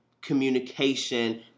communication